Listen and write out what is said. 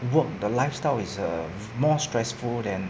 work the lifestyle is err more stressful than